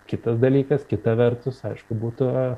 kitas dalykas kita vertus aišku būtų